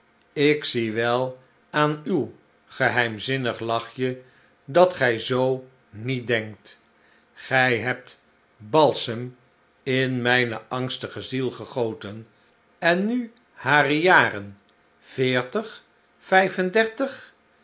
ik zie wel aan uw geheimzinnig lachtje dat gij zoo niet denkt gij hebt balsem in mijne angstige ziel gegoten en nu hare jaren veertig